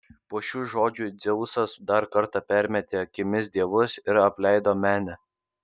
po šių žodžių dzeusas dar kartą permetė akimis dievus ir apleido menę